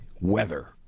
weather